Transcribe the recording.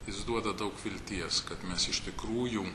jis duoda daug vilties kad mes iš tikrųjų